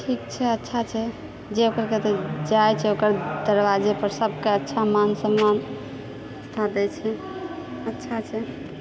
ठीक छै अच्छा छै जे ओकर ओतऽ जाइत छै ओकर दरवाजे पर सभकेँ अच्छा मान सम्मान दए छै अच्छा छै